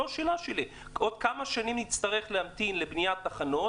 זאת השאלה שלי עוד כמה שנים נצטרך להמתין לבניית תחנות